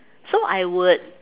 so I would